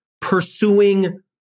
pursuing